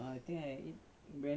ah